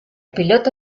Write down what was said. piloto